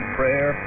prayer